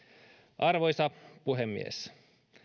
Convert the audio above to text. arvoisa puhemies